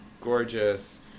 gorgeous